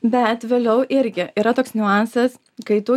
bet vėliau irgi yra toks niuansas kai tu